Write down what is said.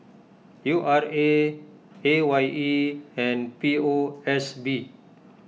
U R A A Y E and P O S B